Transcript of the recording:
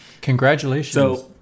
congratulations